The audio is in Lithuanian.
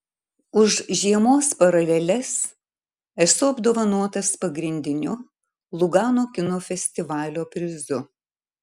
už žiemos paraleles esu apdovanotas pagrindiniu lugano kino festivalio prizu